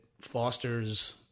fosters